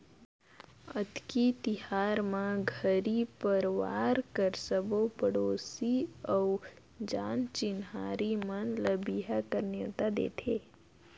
अक्ती तिहार म घरी परवार कर सबो पड़ोसी अउ जान चिन्हारी मन ल बिहा कर नेवता देथे